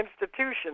institutions